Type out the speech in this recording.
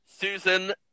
Susan